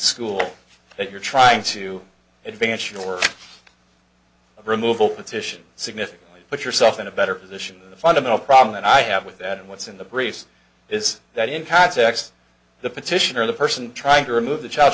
school if you're trying to advance your removal petition significantly put yourself in a better position than the fundamental problem that i have with that and what's in the briefs is that in context the petition or the person trying to remove the child